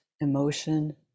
emotion